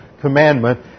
commandment